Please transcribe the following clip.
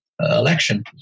election